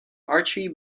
archie